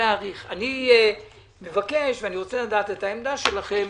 אני רוצה לדעת את העמדה שלכם.